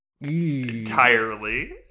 Entirely